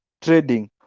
trading